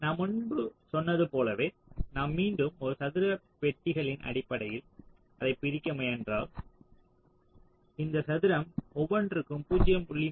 நான் முன்பு சொன்னது போலவே நாம் மீண்டும் சதுர பெட்டிகளின் அடிப்படையில் அதைப் பிரிக்க முயன்றால் இந்த சதுரம் ஒவ்வொன்றும் 0